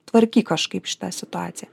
tvarkyk kažkaip šitą situaciją